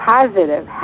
Positive